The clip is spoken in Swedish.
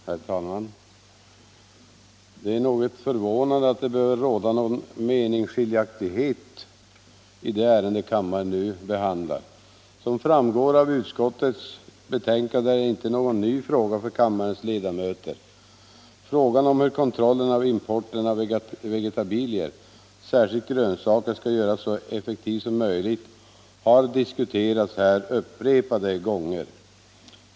Herr talman! Det är något förvånande att det behöver råda någon meningsskiljaktighet i det ärende kammaren nu behandlar. Som framgår av utskottets betänkande är det inte någon ny fråga för kammarens ledamöter. Frågan om hur kontrollen av importen av vegetabilier, särskilt grönsaker, skall göras så effektiv som möjligt har diskuterats här upprepade gånger.